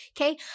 Okay